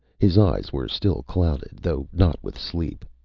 his eyes were still clouded, though not with sleep.